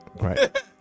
Right